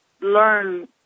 learn